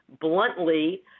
bluntly